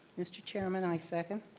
mr. chairman, and i second.